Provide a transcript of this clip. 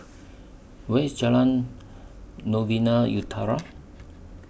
Where IS Jalan Novena Utara